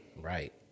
Right